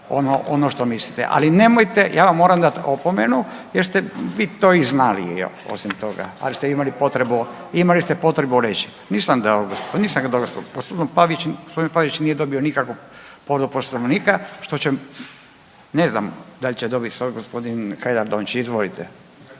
ono što mislite, ali nemojte, ja vam moramo dati opomenu jer ste vi to i znali, osim toga, ali ste imali potrebu, imali ste potrebu reći. Nisam dao .../nerazumljivo/... g. Pavić nije dobio nikakvu povredu Poslovnika, što će, ne znam, da li će dobiti sad g. Hajdaš Dončić, izvolite.